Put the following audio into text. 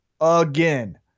again